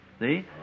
See